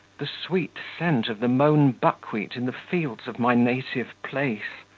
the sweet scent of the mown buckwheat in the fields of my native place!